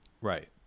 right